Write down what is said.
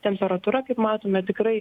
temperatūra kaip matome tikrai